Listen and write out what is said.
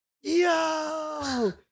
Yo